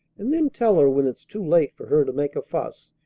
and then tell her when it's too late for her to make a fuss,